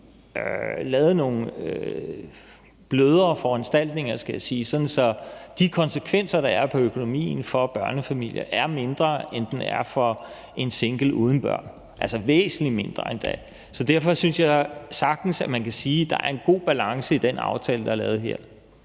lavet nogle blødere foranstaltninger. Jeg vil sige, at det er sådan, at de konsekvenser på økonomien, der er for børnefamilier, er mindre, end de er for en single uden børn, endda væsentlig mindre. Derfor synes jeg, at man sagtens kan sige, at der er en god balance i den aftale, der er lavet her.